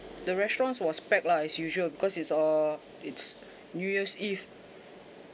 the restaurant was packed lah as usual because it's err it's new year's eve